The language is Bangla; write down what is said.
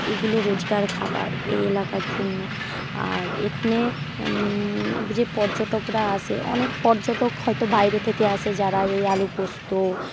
এইগুলো রোজকার খাবার এই এলাকার জন্য আর এখানে যে পর্যটকরা আসে অনেক পর্যটক হয়ত বাইরে থেকে আসে যারা এই আলুপোস্ত